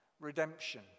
redemption